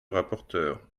rapporteur